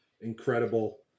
incredible